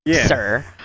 sir